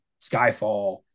skyfall